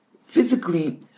Physically